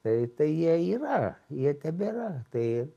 tai tai jie yra jie tebėra tai